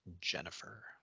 Jennifer